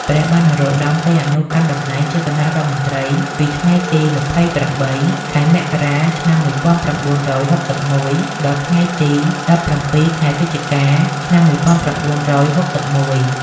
ព្រះបាទនរោត្តម សីហនុ កាន់តំណែងជាគណៈរដ្ឋមន្ត្រីពីថ្ងៃទី ២៨ ខែមករា ឆ្នាំ១៩៦១ ដល់ថ្ងៃទី ១៧ ខែវិច្ឆិកា ឆ្នាំ១៩៦១។